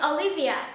Olivia